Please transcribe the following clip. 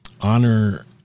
Honor